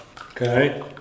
okay